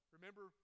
Remember